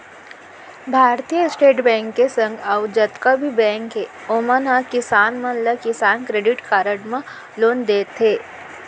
भारतीय state bank के संग अउ जतका भी बेंक हे ओमन ह किसान मन ला किसान क्रेडिट कारड म लोन देवत हें